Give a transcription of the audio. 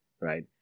right